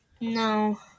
No